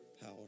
power